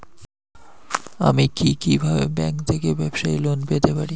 আমি কি কিভাবে ব্যাংক থেকে ব্যবসায়ী লোন পেতে পারি?